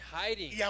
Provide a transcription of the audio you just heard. hiding